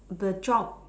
the job